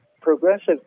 progressive